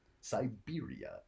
siberia